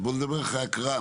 אז בואי נדבר אחרי ההקראה.